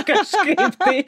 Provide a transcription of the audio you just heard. kažkaip tai